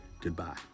Goodbye